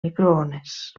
microones